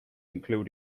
include